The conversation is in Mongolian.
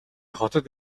хотод